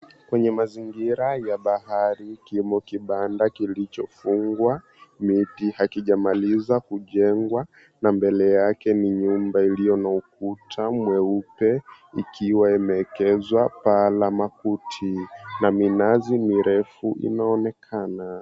Kwenye mazingira ya bahari kimo kibanda kilicho fungwa, miti hakijamalizwa kujengwa mbele yake ni nyumba iliyo na ukuta mweupe ikiwa imeekezwa paa la makuti na minazi mirefu inaonekana.